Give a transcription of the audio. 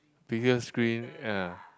bigger screen ya